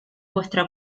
vuestra